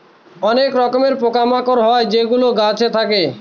অনেক রকমের পোকা মাকড় হয় যেগুলো গাছে থাকে